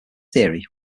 theory